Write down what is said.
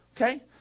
okay